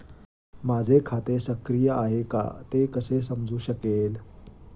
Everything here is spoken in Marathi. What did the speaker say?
माझे खाते सक्रिय आहे का ते कसे समजू शकेल?